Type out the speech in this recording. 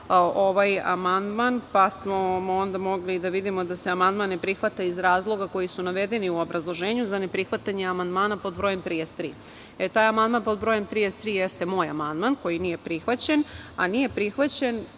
ovaj amandman, pa smo onda mogli da vidimo da se amandman ne prihvata iz razloga koji su navedeni u obrazloženju za neprihvatanje amandmana pod brojem 33, taj amandman pod brojem 33 jeste moj amandman, koji nije prihvaćen. Za gospođu